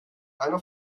einer